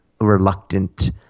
reluctant